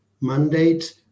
mandate